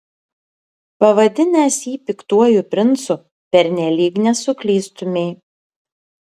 pavadinęs jį piktuoju princu pernelyg nesuklystumei